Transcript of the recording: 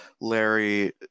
Larry